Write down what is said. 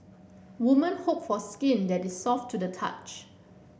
woman hope for skin that is soft to the touch